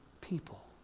people